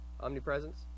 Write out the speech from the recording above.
Omnipresence